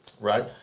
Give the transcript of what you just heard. right